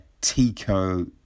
Tico